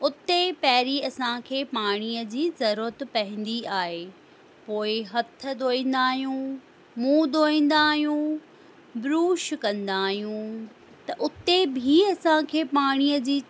उते पहिरीं असांखे पाणीअ जी ज़रूरत पवंदी आहे पोए हथ धोईंदा आहियूं मुंहं धोईंदा आहियूं ब्रूश कंदा आहियूं त उते बि असांखे पाणीअ जी